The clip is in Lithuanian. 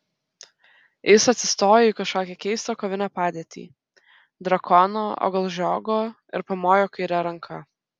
jis atsistojo į kažkokią keistą kovinę padėtį drakono o gal žiogo ir pamojo kaire ranka